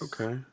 Okay